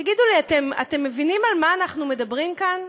תגידו לי, אתם מבינים על מה אנחנו מדברים כאן,